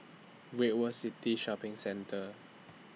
Great World City Shopping Centre